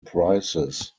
prices